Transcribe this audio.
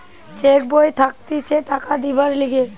check বই থাকতিছে টাকা দিবার লিগে